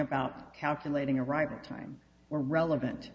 about calculating arrival time were relevant